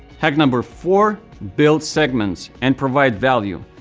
hack number four, build segments, and provide value,